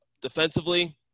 defensively